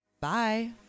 Bye